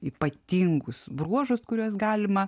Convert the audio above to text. ypatingus bruožus kuriuos galima